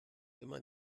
immer